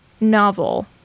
novel